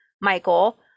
Michael